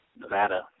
Nevada